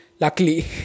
luckily